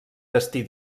destí